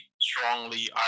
strongly